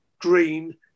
green